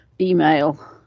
email